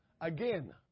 Again